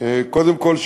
קודם כול,